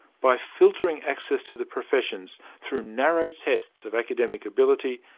by filtering access to the professions through narrow tests of academic ability,